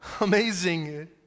amazing